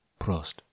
Prost